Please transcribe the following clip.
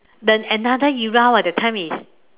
the another era [what] that time is